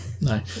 No